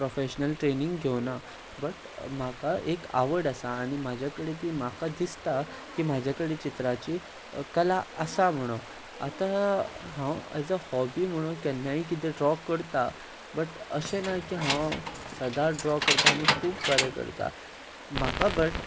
professional training घेवना but म्हाका एक आवड आसा आनी म्हजे कडेन ती म्हाका दिसता की म्हजे कडेन चित्राची कला आसा म्हणून आतां हांव एज अ हॉबी म्हणून केन्नाय कितें ड्रॉ करतां बट अशें ना की हांव सदांच ड्रॉ करतां आनी खूब बरें करतां म्हाका बट